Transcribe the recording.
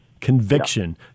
conviction